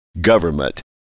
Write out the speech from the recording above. government